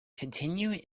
continue